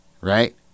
Right